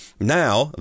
now